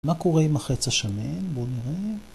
מה קורה עם החץ השמן? בואו נראה.